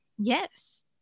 Yes